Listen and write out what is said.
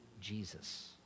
Jesus